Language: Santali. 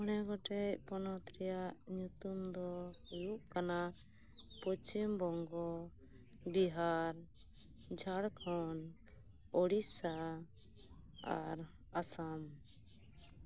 ᱢᱚᱬᱮ ᱜᱚᱴᱮᱡ ᱯᱚᱱᱚᱛ ᱨᱮᱭᱟᱜ ᱧᱩᱛᱩᱢ ᱫᱚ ᱦᱩᱭᱩᱜ ᱠᱟᱱᱟ ᱯᱚᱪᱷᱤᱢ ᱵᱚᱝᱜᱚ ᱵᱤᱦᱟᱨ ᱡᱷᱟᱨᱠᱷᱚᱰ ᱳᱲᱤᱥᱟ ᱟᱨ ᱟᱥᱟᱢ